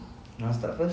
you want start first